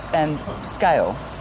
and scale,